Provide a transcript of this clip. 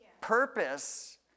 purpose